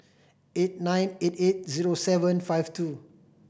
eight nine eight eight zero seven five two